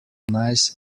nice